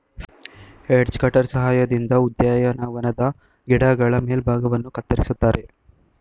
edge cutter ಸಹಾಯದಿಂದ ಉದ್ಯಾನವನದ ಗಿಡಗಳ ಮೇಲ್ಭಾಗವನ್ನು ಕತ್ತರಿಸುತ್ತಾರೆ